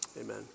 Amen